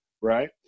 right